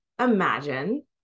imagine